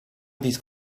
these